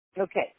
Okay